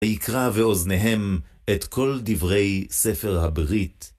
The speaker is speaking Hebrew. ויקרא באוזניהם את כל דברי ספר הברית.